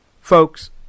Folks